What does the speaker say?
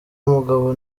mugabo